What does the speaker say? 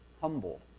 humble